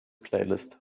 playlist